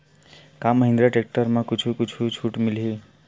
का महिंद्रा टेक्टर म कुछु छुट मिलही?